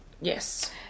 Yes